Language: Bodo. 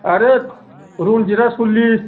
आरो रनजिता सल्लिस